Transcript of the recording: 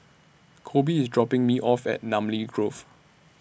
Coby IS dropping Me off At Namly Grove